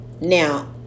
Now